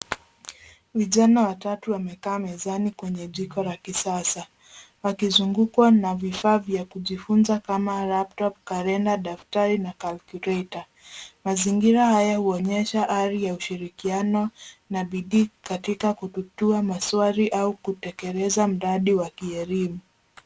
Vijana watatu wamekaa mezani kwenye jiko la kisasa, wakizungukwa na vifaa vya kujifunza kama laptop , kalenda, daftari na calculator . Mazingira haya huonyesha hali ya ushirikiano na bidii katika kutatua maswali au kutekeleza mradi wa kielimu.